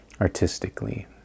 artistically